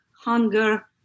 hunger